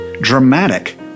dramatic